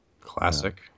classic